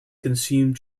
consumed